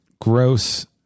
gross